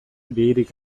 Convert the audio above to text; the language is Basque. bihirik